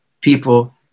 people